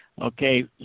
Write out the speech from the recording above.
Okay